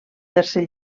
tercer